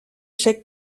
chèques